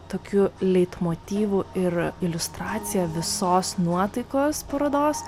tokiu leitmotyvu ir iliustracija visos nuotaikos parodos